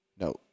no